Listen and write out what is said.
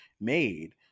made